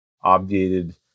obviated